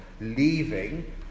leaving